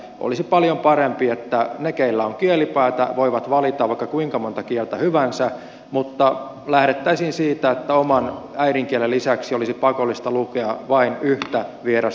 olisi paljon parempi että ne joilla on kielipäätä voivat valita vaikka kuinka monta kieltä hyvänsä mutta lähdettäisiin siitä että oman äidinkielen lisäksi olisi pakollista lukea vain yhtä vierasta kieltä